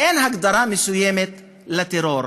אין הגדרה מסוימת לטרור,